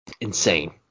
insane